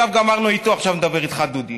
גמרנו איתו, עכשיו נדבר איתך, דודי.